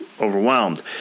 overwhelmed